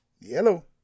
yellow